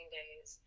days